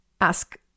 ask